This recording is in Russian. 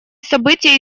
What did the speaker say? события